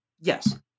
yes